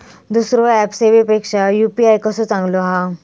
दुसरो ऍप सेवेपेक्षा यू.पी.आय कसो चांगलो हा?